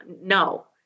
no